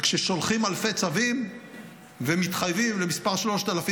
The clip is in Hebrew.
וכששולחים אלפי צווים ומתחייבים למספר 3,000,